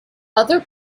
other